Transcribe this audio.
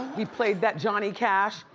he played that johnny cash.